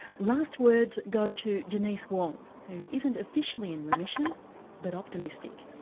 last words go to denise wong who isn't officially in remission but optimistic.